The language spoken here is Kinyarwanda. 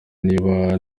niba